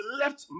left